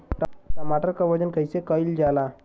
टमाटर क वजन कईसे कईल जाला?